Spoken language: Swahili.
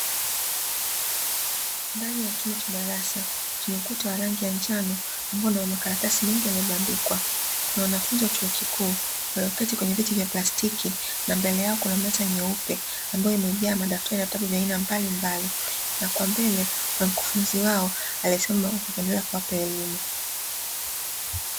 Ndani ya chumba cha darasa chenye ukuta wa rangi ya njano ambao una makaratasi mengi yamebandikwa. Kuna wanafunzi wa chuo kikuu walioketi kwenye viti vya plastiki na mbele yao kuna meza nyeupe ambayo imejaa madaftari na vitabu vya aina mbalimbali na kwa mbele kuna mkufunzi wao aliyesimama huku akiendelea kuwapa elimu.